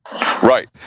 Right